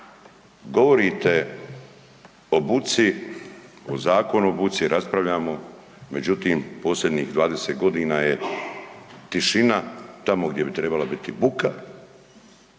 Govorite o buci, o zakonu o buci, raspravljamo međutim posljednjih 20 godina je tišina tamo gdje bi trebala biti buka,